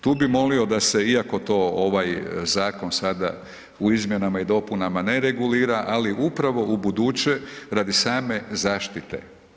Tu bi molio da se iako to ovaj zakon sada u izmjenama i dopuna ne regulira, ali upravo ubuduće radi same zaštite.